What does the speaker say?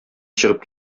чыгып